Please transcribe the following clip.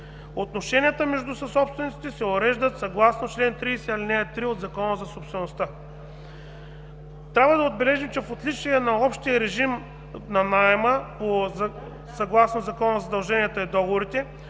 Отношенията между съсобствениците се уреждат съгласно чл. 30, ал. 3 от Закона за собствеността. Трябва да отбележим, че в отличие на общия режим на наема съгласно Закона за задълженията и договорите,